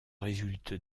résulte